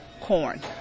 corn